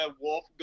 wolf